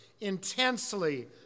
intensely